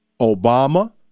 Obama